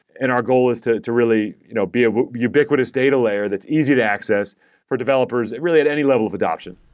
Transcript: and our goal is to to really you know be a ubiquitous data layer that's easy to access for developers, really, at any level of adoption.